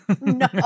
No